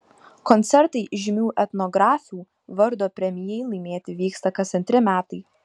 koncertai žymių etnografių vardo premijai laimėti vyksta kas antri metai